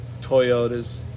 Toyotas